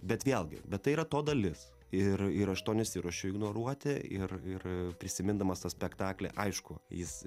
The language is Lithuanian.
bet vėlgi bet tai yra to dalis ir ir aš to nesiruošiu ignoruoti ir ir prisimindamas tą spektaklį aišku jis